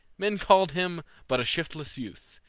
men called him but a shiftless youth,